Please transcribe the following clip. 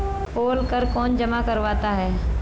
पोल कर कौन जमा करवाता है?